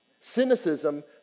Cynicism